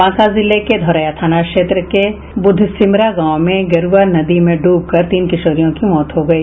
बांका जिले के धौरैया थाना क्षेत्र के बुधसिमरा गांव में गेरूआ नदी में डूबकर तीन किशोरियों की मौत हो गयी